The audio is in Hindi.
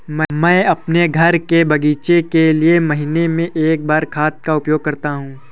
मैं अपने घर के बगीचे के लिए महीने में एक बार खाद का उपयोग करता हूँ